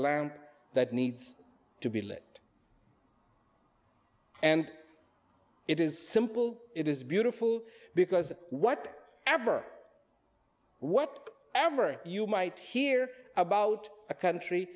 lamp that needs to be lit and it is simple it is beautiful because what ever what ever you might hear about a country